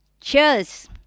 cheers